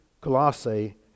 Colossae